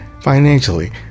financially